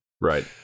right